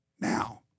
now